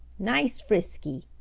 nice frisky,